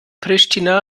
pristina